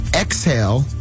Exhale